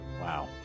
Wow